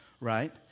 Right